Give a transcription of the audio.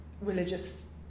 religious